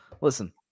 listen